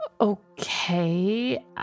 okay